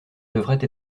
devraient